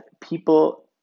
people